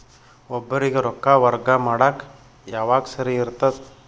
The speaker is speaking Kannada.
ಒಬ್ಬರಿಗ ರೊಕ್ಕ ವರ್ಗಾ ಮಾಡಾಕ್ ಯಾವಾಗ ಸರಿ ಇರ್ತದ್?